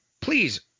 Please